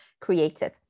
created